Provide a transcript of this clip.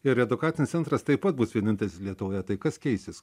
ir edukacinis centras taip pat bus vienintelis lietuvoje tai kas keisis